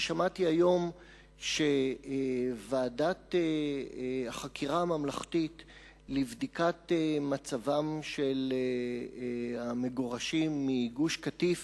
כששמעתי היום שוועדת החקירה הממלכתית לבדיקת מצבם של המגורשים מגוש-קטיף